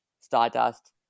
Stardust